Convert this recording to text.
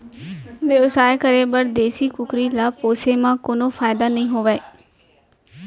बेवसाय करे बर देसी कुकरी ल पोसे म कोनो फायदा नइ होवय